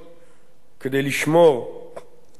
כדי לשמור על האפשרות